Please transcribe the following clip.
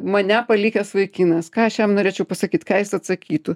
mane palikęs vaikinas ką aš jam norėčiau pasakyt ką jis atsakytų